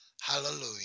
Hallelujah